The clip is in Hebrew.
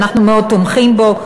שאנחנו מאוד תומכים בו.